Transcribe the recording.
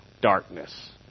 darkness